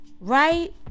Right